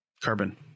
Carbon